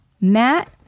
Matt